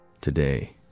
Today